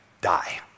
die